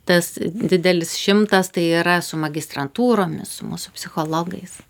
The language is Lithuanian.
tas didelis šimtas tai yra su magistrantūromis su mūsų psichologais